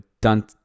done